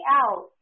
out